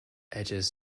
edges